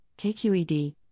KQED